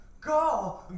go